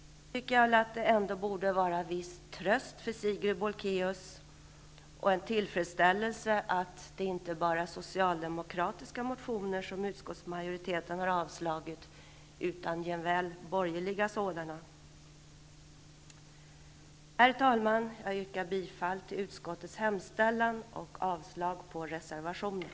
Jag tycker att det borde vara en viss tröst och källa till tillfredsställelse för Sigrid Bolkéus att det inte bara är socialdemokratiska motioner som utskottsmajoriteten har avstyrkt, utan jämväl borgerliga sådana. Herr talman! Jag yrkar bifall till utskottets hemställan och avslag på reservationen.